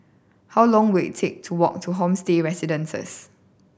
how long will it take to walk to Homestay Residences